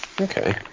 Okay